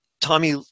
tommy